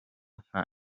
nka